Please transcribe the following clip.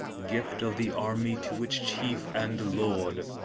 gift of the army to its chief and lord.